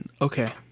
Okay